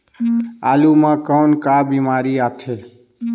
आलू म कौन का बीमारी होथे?